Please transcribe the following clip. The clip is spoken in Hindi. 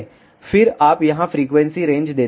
फिर आप यहां फ्रिक्वेंसी रेंज देते हैं